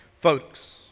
folks